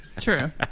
True